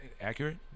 accurate